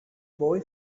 boy